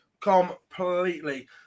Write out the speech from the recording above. Completely